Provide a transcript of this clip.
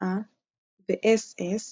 אה ואס אס